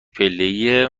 پله